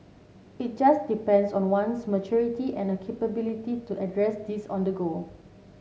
it just depends on one's maturity and capability to address these on the go